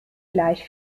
gleich